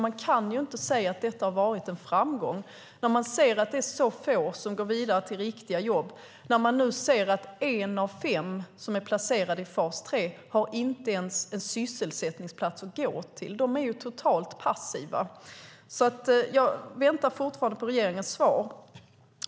Man kan inte säga att detta har varit en framgång när man ser att det är så få som går vidare till riktiga jobb. Man ser nu att en av fem som är placerad i fas 3 inte ens har en sysselsättningsplats att gå till. De är totalt passiva. Jag väntar fortfarande på regeringens svar.